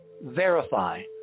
verify